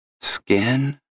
Skin